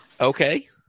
Okay